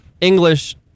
English